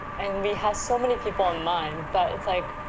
and we had so many people in mind, but it's like,